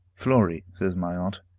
flory, says my aunt,